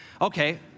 Okay